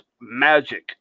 magic